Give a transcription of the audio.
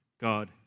God